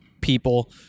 people